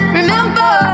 remember